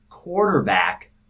quarterback